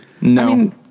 No